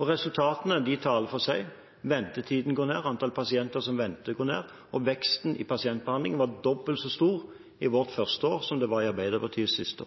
Og resultatene taler for seg, ventetiden går ned, antall pasienter som venter går ned, og veksten i pasientbehandlingen var dobbelt så stor i vårt første år som det var i Arbeiderpartiets siste